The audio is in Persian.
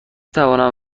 توانم